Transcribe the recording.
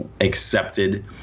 accepted